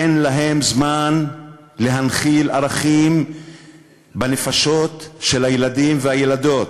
אין להם זמן להנחיל ערכים בנפשות של הילדים והילדות,